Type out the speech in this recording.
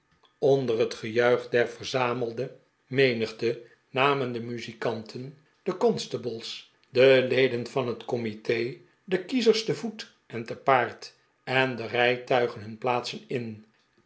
onder het gejuich der verzamelde menigte namen de muzikanten de constables de leden van het comite de kiezers te voet en te paard en de rijtuigen hun plaatsen in